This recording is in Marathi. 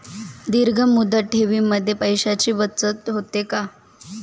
दीर्घ मुदत ठेवीमध्ये पैशांची बचत होते का?